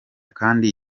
kandi